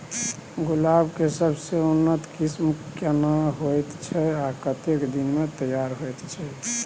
गुलाब के सबसे उन्नत किस्म केना होयत छै आ कतेक दिन में तैयार होयत छै?